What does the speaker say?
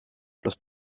los